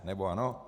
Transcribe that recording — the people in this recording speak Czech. Nebo ano?